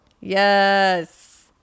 Yes